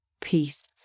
peace